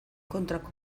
kontrako